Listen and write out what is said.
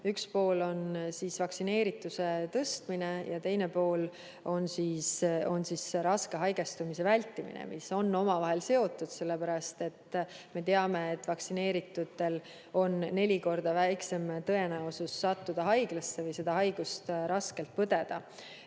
Üks pool on vaktsineerituse tõstmine ja teine pool on raske haigestumise vältimine, mis on omavahel seotud. Me teame, et vaktsineeritutel on neli korda väiksem tõenäosus sattuda haiglasse või kodus seda haigust raskelt põdeda